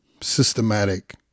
systematic